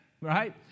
right